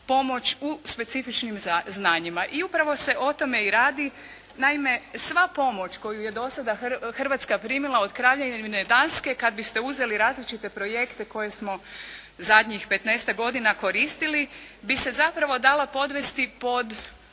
u specifičnim znanjima i upravo se o tome i radi. Naime, sva pomoć koju je do sada Hrvatska primila od Kraljevine Danske kad biste uzeli različite projekte koje smo zadnjih petnaestak godina koristili bi se zapravo dalo podvesti pod